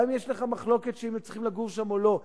גם אם יש לך מחלוקת אם הם צריכים לגור שם או לא,